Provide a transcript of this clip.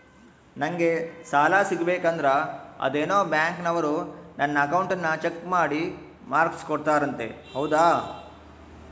ನಂಗೆ ಸಾಲ ಸಿಗಬೇಕಂದರ ಅದೇನೋ ಬ್ಯಾಂಕನವರು ನನ್ನ ಅಕೌಂಟನ್ನ ಚೆಕ್ ಮಾಡಿ ಮಾರ್ಕ್ಸ್ ಕೋಡ್ತಾರಂತೆ ಹೌದಾ?